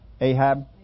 Ahab